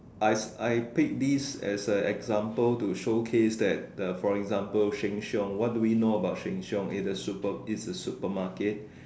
I I picked this as a example to showcase that for example for Sheng-Siong what do we know about Sheng-Siong it is super it's a supermarket